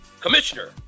Commissioner